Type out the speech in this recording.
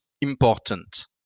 important